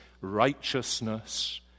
righteousness